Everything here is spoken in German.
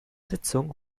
sitzung